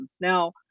Now